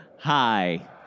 Hi